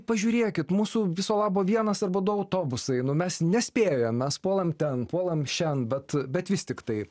pažiūrėkit mūsų viso labo vienas arba du autobusai nu mes nespėjam mes puolam ten puolam šen bet bet vis tiktai